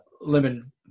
lemon